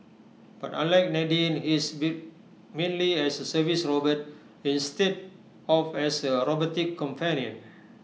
but unlike Nadine he is built mainly as A service robot instead of as A robotic companion